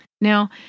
Now